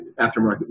aftermarket